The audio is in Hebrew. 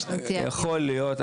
יכול להיות,